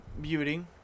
beauty